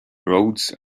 roads